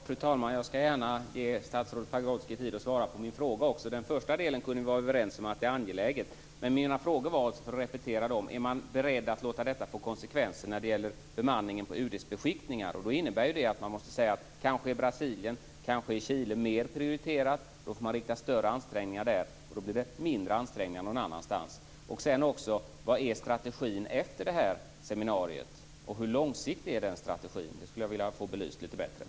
Fru talman! Jag skall gärna ge statsrådet Pagrotsky tid att svara på min fråga. Vi kan vara överens om den första delen, nämligen att det hela är angeläget. Jag repeterar mina frågor. Är man beredd att låta detta få konsekvenser för bemanningen på UD:s beskickningar? Kanske är Brasilien och Chile mer prioriterat? Då får man rikta större ansträngningar dit. Då blir det mindre ansträngningar någon annanstans. Vad är strategin efter seminariet? Hur långsiktig är strategin?